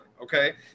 Okay